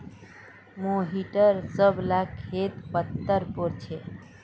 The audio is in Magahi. मोहिटर सब ला खेत पत्तर पोर छे